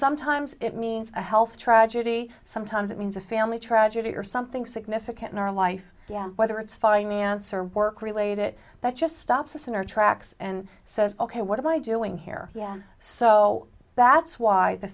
sometimes it means a health tragedy sometimes it means a family tragedy or something significant in our life yeah whether it's finance or work related but just stops us in our tracks and so it's ok what i doing here yeah so that's why the